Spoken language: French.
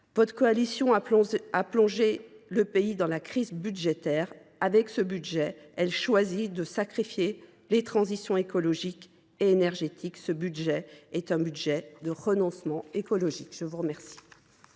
Votre coalition a plongé le pays dans la crise budgétaire. Avec ce texte, elle choisit de sacrifier les transitions écologique et énergétique. Ce budget est un budget de renoncement écologique. La parole